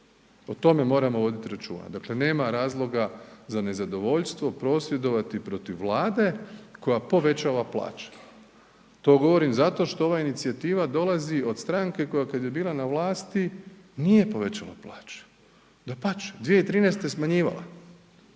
o tome moramo vodit računa, dakle nema razloga za nezadovoljstvo, prosvjedovati protiv Vlade koja povećava plaće, to govorim zato što ova inicijativa dolazi od stranke koja kad je bila na vlasti nije povećala plaće, dapače 2013. je smanjivala,